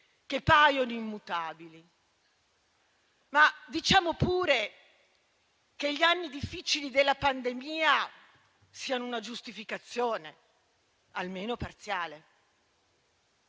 che paiono immutabili, ma diciamo pure che gli anni difficili della pandemia sono una giustificazione almeno parziale.